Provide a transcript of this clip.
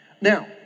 Now